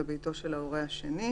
לביתו של ההורה השני,